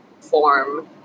form